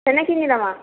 ହେଲେ କିଣି ଦେମା